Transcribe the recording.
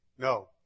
No